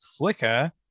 Flickr